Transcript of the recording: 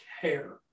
care